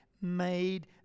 made